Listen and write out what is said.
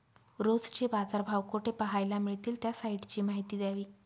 रोजचे बाजारभाव कोठे पहायला मिळतील? त्या साईटची माहिती द्यावी